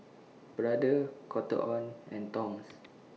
Brother Cotton on and Toms